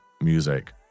music